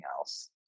else